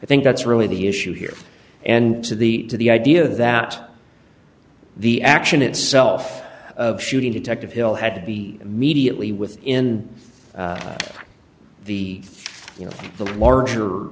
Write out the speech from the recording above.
i think that's really the issue here and to the to the idea that the action itself of shooting detective hill had to be immediately within the you know the larger